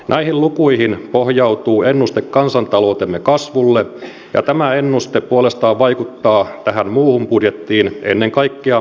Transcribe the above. näihin lukuihin pohjautuu ennuste kansantaloutemme kasvulle ja tämä ennuste puolestaan vaikuttaa tähän muuhun budjettiin ennen kaikkea tulopuoleen